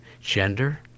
gender